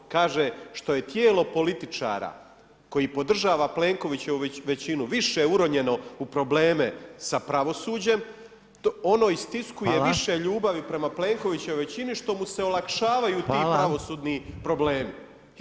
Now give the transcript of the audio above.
Kaže, što je tijelo političara koji podržava plenkovićevu većinu više uronjeno u probleme sa pravosuđem, ono istiskuje više ljubavi prema plenkovićevoj većini, što mu se olakšavaju ti pravosudni problemi.